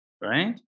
right